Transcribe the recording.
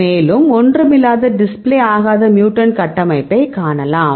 மேலும் ஒன்றுமில்லாத டிஸ்ப்ளே ஆகாத மியூட்டன்ட் கட்டமைப்பைக் காணலாம்